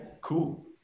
cool